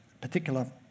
particular